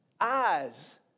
eyes